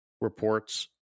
reports